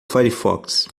firefox